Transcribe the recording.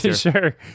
sure